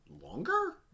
longer